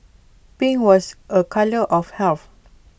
pink was A colour of health